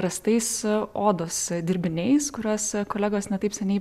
rastais odos dirbiniais kuriuos kolegos ne taip seniai